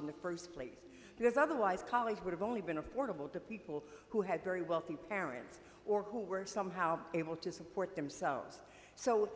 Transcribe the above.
in the first place because otherwise college would have only been affordable to people who had very wealthy parents or who were somehow able to support themselves so